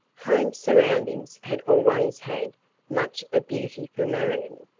home surroundings had always had much of beauty for marion.